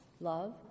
Love